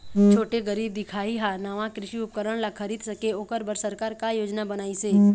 छोटे गरीब दिखाही हा नावा कृषि उपकरण ला खरीद सके ओकर बर सरकार का योजना बनाइसे?